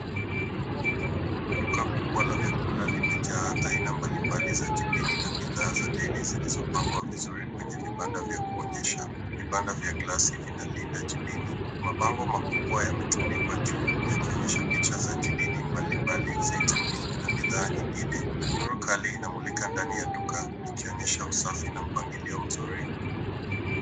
Duka kubwa la vyakula limejaa aina mbalimbali za jibini na bidhaa za deli zilizopangwa vizuri kwenye vibanda vya kuonyesha. Vibanda vya glasi vinalinda jibini. Mabango makubwa yametundikwa juu, yakionyesha picha za jibini mbalimbali zaituni na bidhaa nyingine. Nuru kali inamulika ndani ya duka ,ikionyesha usafi na mpangilio mzuri.